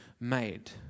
made